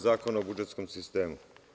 Zakona o budžetskom sistemu.